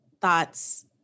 thoughts